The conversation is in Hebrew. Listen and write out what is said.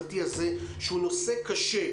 השכר בדיוק כמו שהם קיבלו אותו חודש בחודשו,